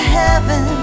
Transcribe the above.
heaven